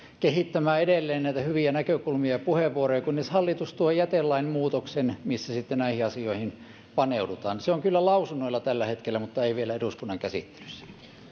kehittämään edelleen näitä hyviä näkökulmia ja puheenvuoroja kunnes hallitus tuo jätelain muutoksen missä sitten näihin asioihin paneudutaan se on kyllä lausunnoilla tällä hetkellä mutta ei vielä eduskunnan käsittelyssä